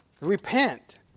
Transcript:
repent